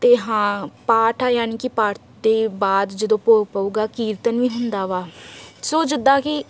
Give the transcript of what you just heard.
ਅਤੇ ਹਾਂ ਪਾਠ ਆ ਯਾਨੀ ਕਿ ਪਾਠ ਤੋਂ ਬਾਅਦ ਜਦੋਂ ਭੋਗ ਪਊਗਾ ਕੀਰਤਨ ਵੀ ਹੁੰਦਾ ਵਾ ਸੋ ਜਿੱਦਾਂ ਕਿ